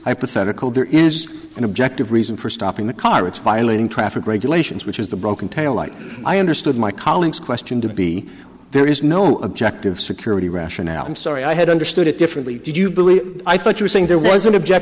prophetical there is an objective reason for stopping the car it's violating traffic regulations which is the broken tail light i understood my colleagues question to be there is no objective security rationale i'm sorry i had understood it differently did you believe i thought you were saying there was an object